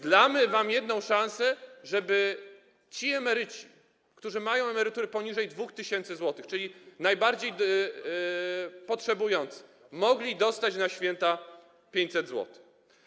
Damy wam jedną szansę, żeby ci emeryci, którzy mają emerytury poniżej 2000 zł, czyli najbardziej potrzebujący, mogli dostać na święta 500 zł.